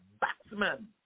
batsman